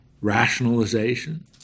Rationalization